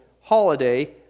holiday